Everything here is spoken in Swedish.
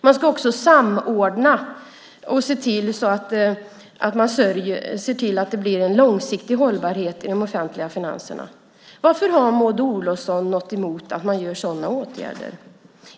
Man ska också samordna och se till att det blir en långsiktig hållbarhet i de offentliga finanserna. Varför har Maud Olofsson något emot att man vidtar sådana åtgärder?